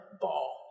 ball